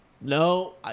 No